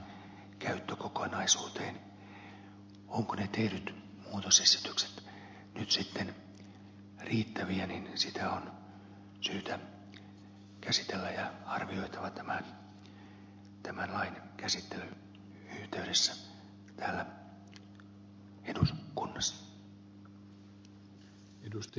ovatko ne tehdyt muutosesitykset nyt sitten riittäviä sitä on syytä käsitellä ja arvioida tämän lain käsittelyn yhteydessä täällä eduskunnassa